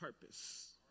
purpose